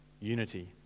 unity